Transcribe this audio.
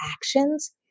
actions